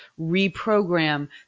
reprogram